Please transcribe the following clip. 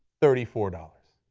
thirty four dollars.